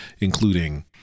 including